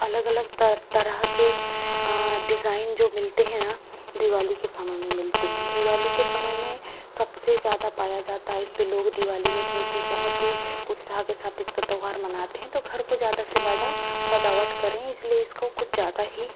अलग अलग तर तरह के डिज़ाइन जो मिलते हैं ना दिवाली के समय में मिलते हैं दिवाली के समय में सबसे ज़्यादा पाया जाता है इसपे लोग दिवाली में क्योंकि बहुत ही उत्साह के साथ इसका त्यौहार मनाते हैं तो घर को ज़्यादा से ज़्यादा सजावट करें इसलिए इसको कुछ ज़्यादा ही